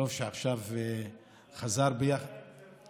וטוב שעכשיו חזר ויהיו ביחד.